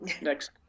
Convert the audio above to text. next